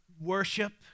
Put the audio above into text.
Worship